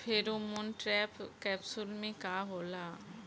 Pheromone trap capsule में का होला?